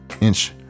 inch